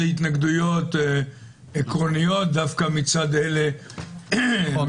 התנגדויות עקרוניות דווקא מצד אלה --- נכון.